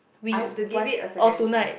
we what oh tonight